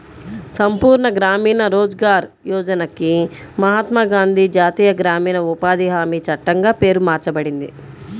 సంపూర్ణ గ్రామీణ రోజ్గార్ యోజనకి మహాత్మా గాంధీ జాతీయ గ్రామీణ ఉపాధి హామీ చట్టంగా పేరు మార్చబడింది